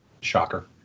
Shocker